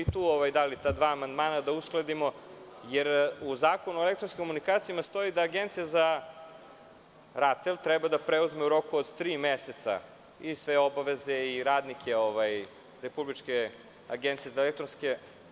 I tu smo dali ta dva amandmana da uskladimo, jer u Zakonu o elektronskim komunikacijama stoji da RATEL treba da preuzme u roku od tri meseca i sve obaveze i radnike Republičke agencije za elektronske…